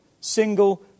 single